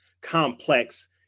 complex